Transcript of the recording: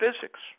physics